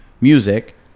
music